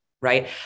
right